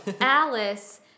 Alice